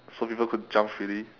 so people could jump freely